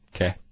Okay